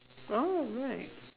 well right